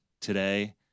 today